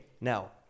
now